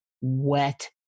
wet